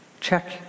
check